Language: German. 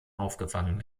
aufgefangen